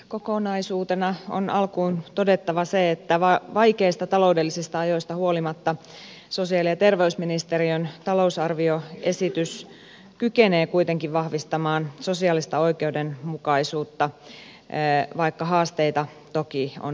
kokonaisuutena on alkuun todettava se että vaikeista taloudellisista ajoista huolimatta sosiaali ja terveysministeriön talousarvioesitys kykenee kuitenkin vahvistamaan sosiaalista oikeudenmukaisuutta vaikka haasteita toki on paljon